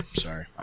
sorry